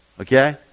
Okay